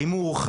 האם הוא הורחק,